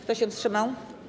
Kto się wstrzymał?